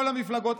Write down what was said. כל המפלגות,